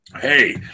Hey